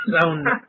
sound